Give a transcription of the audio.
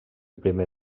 primer